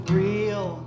real